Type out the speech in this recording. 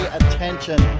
attention